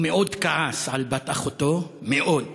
הוא מאוד כעס על בת-אחותו, מאוד.